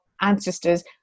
ancestors